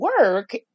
work